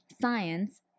Science